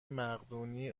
مقدونی